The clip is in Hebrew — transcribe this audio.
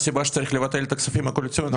זו הסיבה שצריך לבטל את הכספים הקואליציוניים.